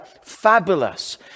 fabulous